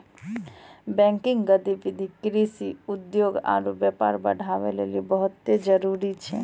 banking गतिविधि कृषि, उद्योग आरु व्यापार बढ़ाबै लेली बहुते जरुरी छै